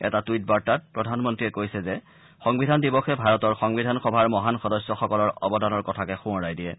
এটা টুইট বাৰ্তাত প্ৰধানমন্ত্ৰীয়ে কৈছে যে সংবিধান দিৱসে ভাৰতৰ সংবিধান সভাৰ মহান সদস্যসকলৰ অৱদানৰ কথাকে সোঁৱৰাই দিয়ে